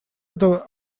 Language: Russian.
это